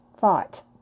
thought